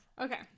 okay